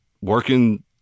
working